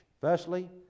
Firstly